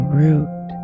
root